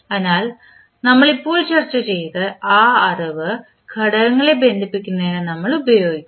അതിനാൽ നമ്മൾ ഇപ്പോൾ ചർച്ച ചെയ്ത ഈ അറിവ് ഘടകങ്ങളെ ബന്ധിപ്പിക്കുന്നതിന് നമ്മൾ ഉപയോഗിക്കും